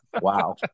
wow